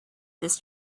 this